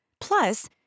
Plus